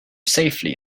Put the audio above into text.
safely